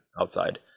outside